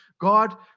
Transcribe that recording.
God